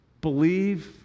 believe